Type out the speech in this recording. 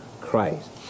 Christ